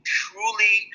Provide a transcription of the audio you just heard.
truly